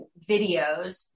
videos